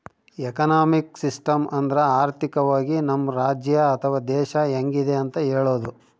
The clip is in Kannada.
ಎಕನಾಮಿಕ್ ಸಿಸ್ಟಮ್ ಅಂದ್ರ ಆರ್ಥಿಕವಾಗಿ ನಮ್ ರಾಜ್ಯ ಅಥವಾ ದೇಶ ಹೆಂಗಿದೆ ಅಂತ ಹೇಳೋದು